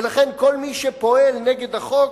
ולכן כל מי שפועל נגד החוק,